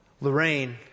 Lorraine